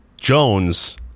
Jones